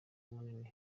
munini